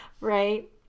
right